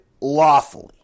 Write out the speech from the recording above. lawfully